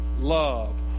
Love